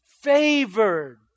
favored